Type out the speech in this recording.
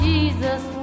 Jesus